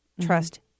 trust